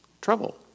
trouble